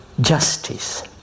justice